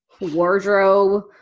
wardrobe